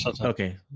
Okay